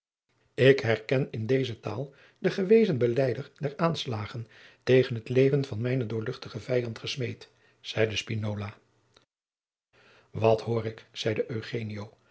ik herken in deze taal den gewezen beleider der aanslagen tegen het leven van mijnen doorluchtigen vijand gesmeed zeide spinola wat hoor ik zeide